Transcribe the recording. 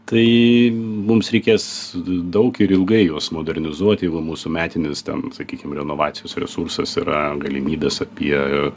tai mums reikės daug ir ilgai juos modernizuot jeigu mūsų metinis ten sakykim renovacijos resursas yra galimybės apie